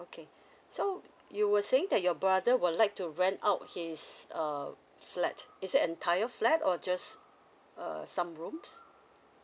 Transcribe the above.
okay so you were saying that your brother would like to rent out his err flat is it entire flat or just err some rooms